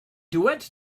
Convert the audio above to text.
duets